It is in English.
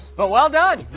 but well done.